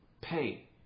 pay